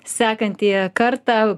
sekantį kartą